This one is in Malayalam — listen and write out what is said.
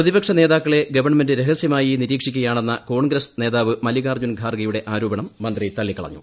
പ്രതിപക്ഷ നേതാക്കളെ ഗവൺമെന്റ് രഹസ്യമായി നിരീക്ഷിക്കുകയാണെന്ന കോൺഗ്രസ് നേതാവ് മല്ലികാർജ്ജുനഖാർഗെയുടെ ആരോപണം മന്ത്രി തള്ളിക്കളഞ്ഞു